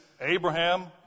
Abraham